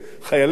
חיילינו,